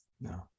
no